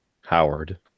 howard